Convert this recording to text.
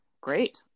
great